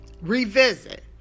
revisit